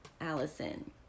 Allison